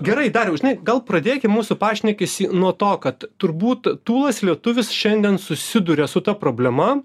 gerai dariau žinai gal pradėkim mūsų pašnekesį nuo to kad turbūt tūlas lietuvis šiandien susiduria su ta problema